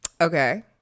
Okay